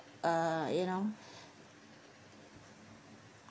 uh you know